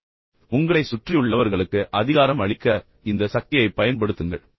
இப்போது உங்களைச் சுற்றியுள்ளவர்களுக்கு அதிகாரம் அளிக்க இந்த சக்தியைப் பயன்படுத்துங்கள்